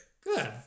Good